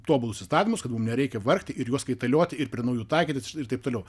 tobulus įstatymus kad mum nereikia vargti ir juos kaitalioti ir prie naujų taikytis ir taip toliau